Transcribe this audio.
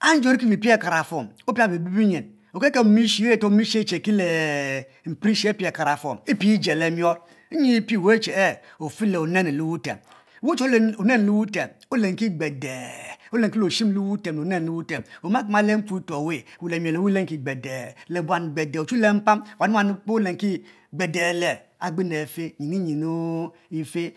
Anje ori ki pie pie akarfuom opia be be binyin okel kel mom eshe epie je le mior nyi pie weh e'che e ofe le onenu le wutem weh che ori le onenu le wutem olenki gbebe olenki le oshim le onenu le wutem omaki ma le mputoh oweh weh le miel oweh lenki gbebe le buan gbebe ochu la mpam wanu wanu kpoo olenki gbebe le agbenu afe nyina nyinu ife